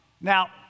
Now